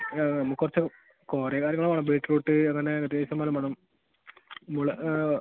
ആ നമ്മൾക്ക് കുറച്ച് കുറേ കാര്യങ്ങൾ വേണം ബീറ്റ്റൂട്ട് അങ്ങനെ മറ്റേ ഇഷ്ടം പോലെ വേണം മുള്ള്